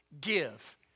Give